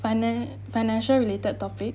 finan~ financial related topic